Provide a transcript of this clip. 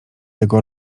tego